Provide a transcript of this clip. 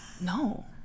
No